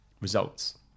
results